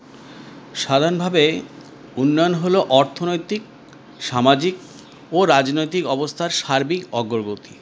সাধারণভাবেই উন্নয়ন হল অর্থনৈতিক সামাজিক ও রাজনৈতিক অবস্থার সার্বিক অগ্রগতি